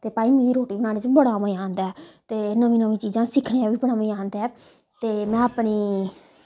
ते भाई मिकी रोटी बनाने च बड़ा मज़ा आंदा ऐ ते नमी नमी चीजां सिक्खने दा बी बड़ा मज़ा आंदा ऐ ते मैं अपनी